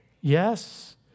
Yes